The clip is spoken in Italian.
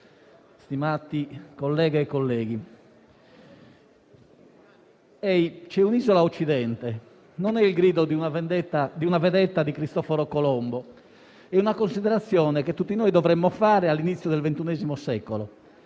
dieci giorni fa: «Ehi, c'è un'isola a occidente! Non è il grido di una vedetta di Cristoforo Colombo. È una considerazione che tutti noi dovremmo fare all'inizio del XXI secolo.